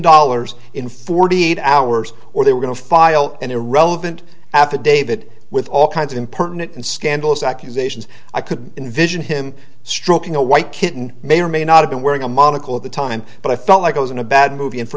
dollars in forty eight hours or they were going to file an irrelevant affidavit with all kinds of impertinent and scandalous accusations i could envision him stroking a white kitten may or may not have been wearing a monocle of the time but i felt like i was in a bad movie and fo